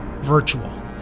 virtual